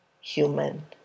human